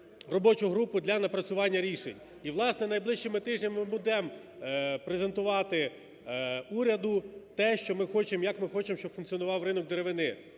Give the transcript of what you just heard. робочу групу для напрацювання рішень. І, власне, найближчими тижнями ми будемо презентувати уряду те, що ми хочемо, як ми хочемо, щоб функціонував ринок деревини.